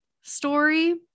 story